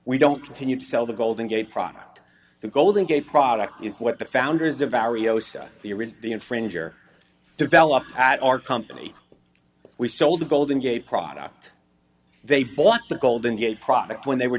we don't continue to sell the golden gate product the golden gate product is what the founders of the original infringer developed at our company we sold a golden gate product they bought the golden gate product when they were